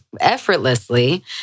effortlessly